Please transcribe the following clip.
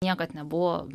niekad nebuvo